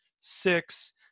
six